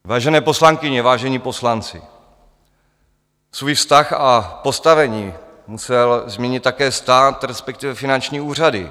Vážené poslankyně, vážení poslanci, svůj vztah a postavení musel změnit také stát, respektive finanční úřady.